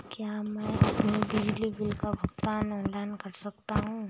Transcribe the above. क्या मैं अपने बिजली बिल का भुगतान ऑनलाइन कर सकता हूँ?